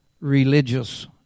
religious